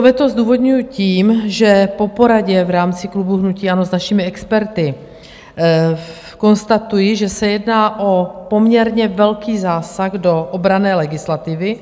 Veto zdůvodňuji tím, že po poradě v rámci klubu hnutí ANO s našimi experty konstatuji, že se jedná o poměrně velký zásah do obranné legislativy.